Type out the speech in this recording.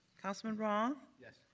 councilman roth. yes.